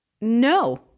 No